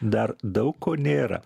dar daug ko nėra